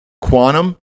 Quantum